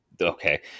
okay